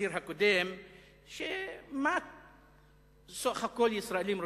לשיר הקודם של: מה בסך-הכול ישראלים רוצים,